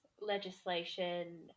legislation